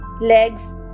legs